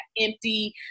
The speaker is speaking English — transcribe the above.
empty